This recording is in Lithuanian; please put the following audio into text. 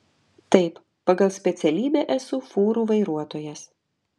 taip pagal specialybę esu fūrų vairuotojas